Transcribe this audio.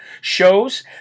shows